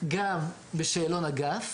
גם בשאלון ה-GAF